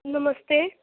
नमस्ते